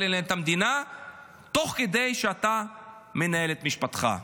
לנהל את המדינה תוך כדי שאתה מנהל את משפטך.